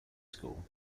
school